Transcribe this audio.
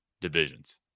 divisions